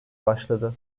başladı